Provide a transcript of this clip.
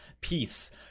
peace